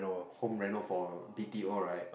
home reno~ for a B_T_O right